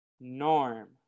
Norm